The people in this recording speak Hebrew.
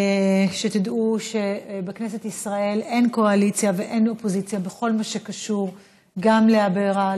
שתדעו שבכנסת ישראל אין קואליציה ואין אופוזיציה בכל מה שקשור גם לאברה,